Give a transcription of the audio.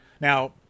Now